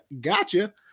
gotcha